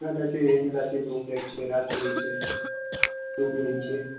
cassata છે vanilla છે chocolate છે રાસબરી છે સ્ટ્રોબેરી છે